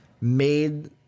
made